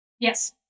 Yes